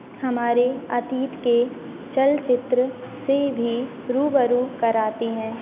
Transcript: हमारे अतीत के चलचित्र से भी रू ब रू कराती हैं